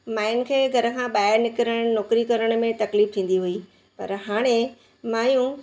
माइन खे घर खां ॿाहिरि निकरणु नौकिरी करण में तकलीफ़ थींदी हुई पर हाणे माइयूं